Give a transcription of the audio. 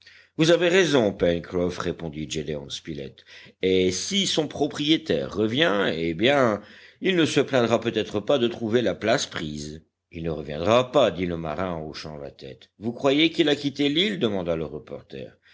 vous avez raison pencroff répondit gédéon spilett et si son propriétaire revient eh bien il ne se plaindra peut-être pas de trouver la place prise il ne reviendra pas dit le marin en hochant la tête vous croyez qu'il a quitté l'île demanda le reporter